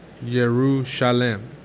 Yerushalem